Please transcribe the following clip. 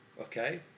okay